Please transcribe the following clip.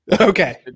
Okay